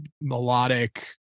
melodic